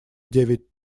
девять